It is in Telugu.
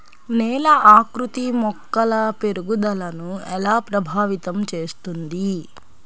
నేల ఆకృతి మొక్కల పెరుగుదలను ఎలా ప్రభావితం చేస్తుంది?